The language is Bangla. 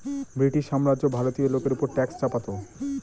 ব্রিটিশ সাম্রাজ্য ভারতীয় লোকের ওপর ট্যাক্স চাপাতো